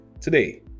Today